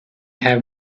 have